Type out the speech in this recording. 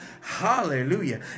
Hallelujah